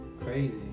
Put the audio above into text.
Crazy